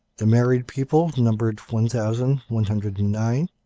the married people numbered one thousand one hundred and nine,